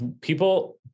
people